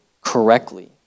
correctly